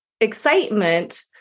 excitement